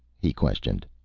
he questioned.